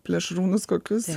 plėšrūnus kokius